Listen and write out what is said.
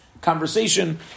conversation